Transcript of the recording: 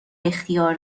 اختیار